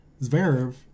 Zverev